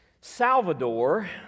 Salvador